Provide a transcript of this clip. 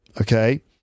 Okay